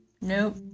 Nope